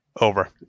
Over